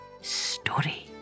story